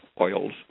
oils